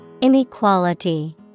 Inequality